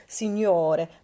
signore